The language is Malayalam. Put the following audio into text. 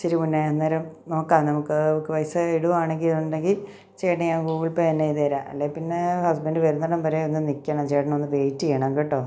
ഇച്ചിരി മുന്നേ അന്നേരം നോക്കാം നമുക്ക് ഇവക്ക് പൈസ ഇടുകയാണെങ്കില് ഉണ്ടെങ്കില് ചേട്ടന് ഞാന് ഗൂഗ്ൾ പേ തന്നെയ്തേരാം അല്ലെ പിന്നേ ഹസ്ബൻ്റ് വെര്ന്നടം വരെ ഒന്ന് നില്ക്കണം ചേട്ടനൊന്ന് വെയ്റ്റെയ്യണം കേട്ടൊ